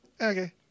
okay